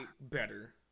better